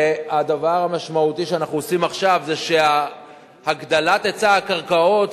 והדבר המשמעותי שאנחנו עושים עכשיו הוא שהגדלת היצע הקרקעות,